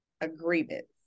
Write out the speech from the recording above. agreements